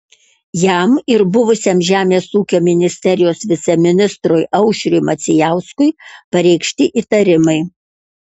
jam ir buvusiam žemės ūkio ministerijos viceministrui aušriui macijauskui pareikšti įtarimai